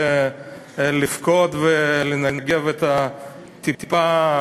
לבכות ולנגב את הטיפה,